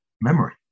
memory